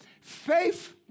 faith